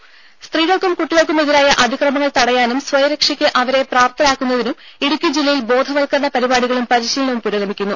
രമേ സ്ത്രീകൾക്കും കുട്ടികൾക്കുമെതിരായ അതിക്രമങ്ങൾ തടയാനും സ്വയരക്ഷക്ക് അവരെ പ്രാപ്തരാക്കുന്നതിനും ഇടുക്കി ജില്ലയിൽ ബോധവൽക്കരണ പരിപാടികളും പരിശീലനവും പുരോഗമിക്കുന്നു